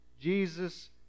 Jesus